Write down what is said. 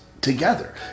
together